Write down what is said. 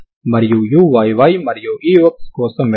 ఇది వాస్తవానికి wxtwtxt wxxt0 అవుతుంది